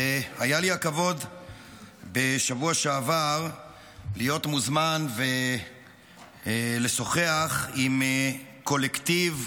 היה לי הכבוד בשבוע שעבר להיות מוזמן ולשוחח עם קולקטיב,